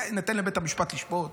ניתן לבית המשפט לשפוט,